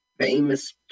famous